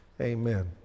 Amen